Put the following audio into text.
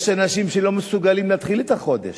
יש אנשים שלא מסוגלים להתחיל את החודש,